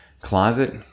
closet